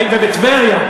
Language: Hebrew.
הייתה בטבריה.